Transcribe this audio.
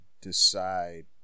decide